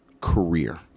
career